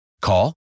Call